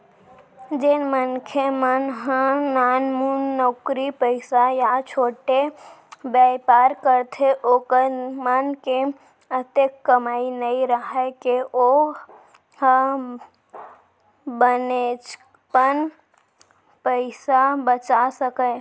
जेन मनखे मन ह नानमुन नउकरी पइसा या छोटे बयपार करथे ओखर मन के अतेक कमई नइ राहय के ओ ह बनेचपन पइसा बचा सकय